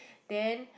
then